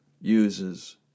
uses